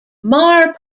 marr